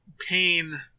pain